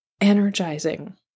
energizing